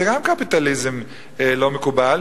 זה גם קפיטליזם לא מקובל.